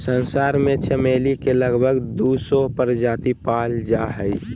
संसार में चमेली के लगभग दू सौ प्रजाति पाल जा हइ